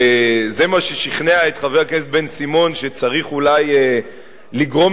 שזה מה ששכנע את חבר הכנסת בן-סימון שצריך אולי לגרום